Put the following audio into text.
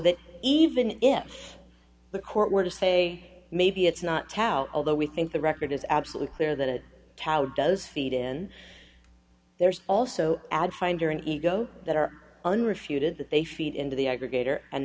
that even if the court were to say maybe it's not tao although we think the record is absolutely clear that it cal does feed in there's also add find or an ego that are unrefuted that they feed into the a